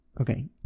Okay